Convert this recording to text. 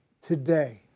today